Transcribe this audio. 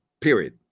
period